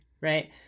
right